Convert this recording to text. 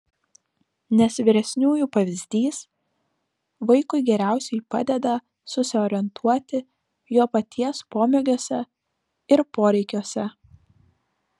nes vyresniųjų pavyzdys vaikui geriausiai padeda susiorientuoti jo paties pomėgiuose ir poreikiuose